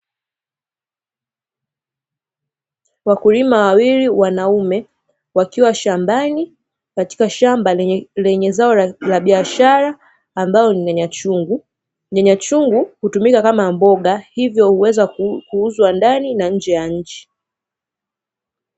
Wakulima wawili wanaume wakiwa shambani katika shamba lenye zao la biashara ambalo ni nyanyachungu, nyanyachungu hutumika kama mboga hivyo huweza kuuzwa ndani na nje ya nchi.